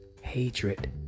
hatred